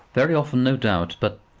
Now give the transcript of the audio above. very often, no doubt but,